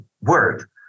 word